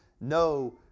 no